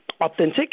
authentic